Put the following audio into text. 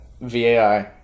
VAI